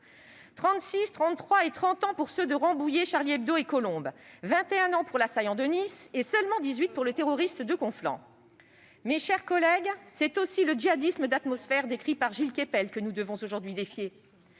36, 33 et 30 ans pour ceux de Rambouillet, et Colombes, 21 ans pour l'assaillant de Nice et seulement 18 ans pour le terroriste de Conflans. Mes chers collègues, c'est aussi le « djihadisme d'atmosphère », décrit par Gilles Kepel, que nous devons aujourd'hui défier.